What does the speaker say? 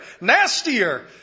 nastier